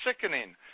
sickening